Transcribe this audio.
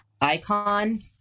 icon